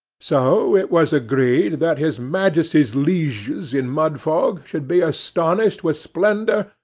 so it was agreed that his majesty's lieges in mudfog should be astonished with splendour,